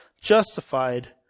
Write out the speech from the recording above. justified